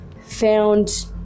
found